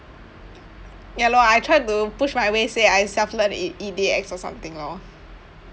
ya lor I tried to push my way say I self-learn in edX or something lor